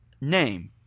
name